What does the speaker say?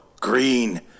green